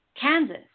Kansas